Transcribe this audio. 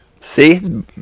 see